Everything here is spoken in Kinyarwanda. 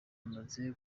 amaze